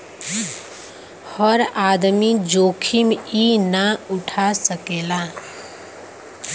हर आदमी जोखिम ई ना उठा सकेला